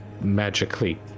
magically